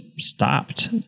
Stopped